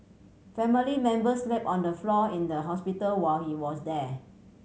family members slept on the floor in the hospital while he was there